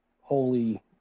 holy